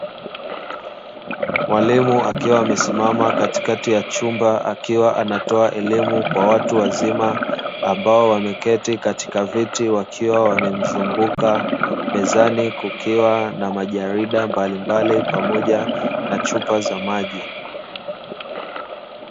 Mwalimu akiwa amesimama katikati ya chumba akiwa anatoa elimu kwa watu wazima ambao wameketi katika viti wakiwa wamemzunguka, mezani kukiwa na majarida mbali mbali pamoja na chupa za maji.